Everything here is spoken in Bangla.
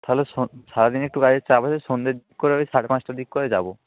তাহলে সারা দিন একটু কাজের চাপ আছে সন্ধের করে ওই সাড়ে পাঁচটার দিক করে যাবো